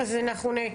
אוקי, אז אתם שם.